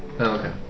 Okay